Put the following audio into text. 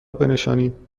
بنشانیم